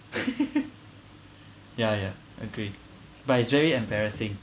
yeah yeah agree but it's very embarrassing